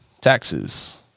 taxes